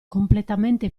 completamente